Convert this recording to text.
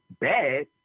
bad